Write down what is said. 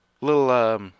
little